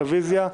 רביזיה.